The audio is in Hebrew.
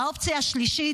והאופציה השלישית,